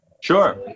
Sure